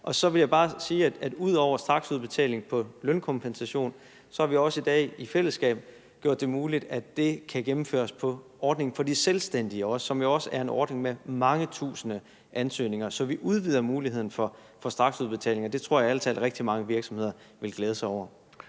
Så vil jeg bare sige, at ud over straksudbetaling af lønkompensation har vi også i dag i fællesskab gjort det muligt, at det også kan gennemføres i forbindelse med ordningen for de selvstændige, som jo også er en ordning med mange tusinde ansøgninger. Så vi udvider muligheden for straksudbetaling, og det tror jeg ærlig talt rigtig mange virksomheder vil glæde sig over.